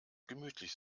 gemütlich